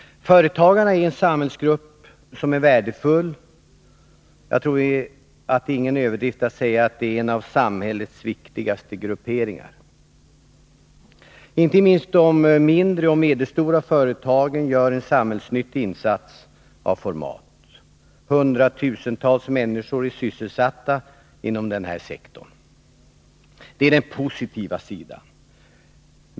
Företagarna är en värdefull samhällsgrupp. Jag tror inte att det är någon överdrift att säga att de är en av samhällets viktigaste grupperingar. Inte minst de mindre och medelstora företagen gör en samhällsinsats av format. Hundratusentals människor är sysselsatta inom den sektorn. Det är den positiva sidan.